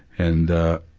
and ah,